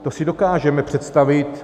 To si dokážeme představit.